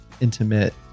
intimate